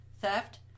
theft